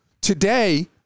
today